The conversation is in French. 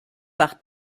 par